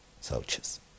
soldiers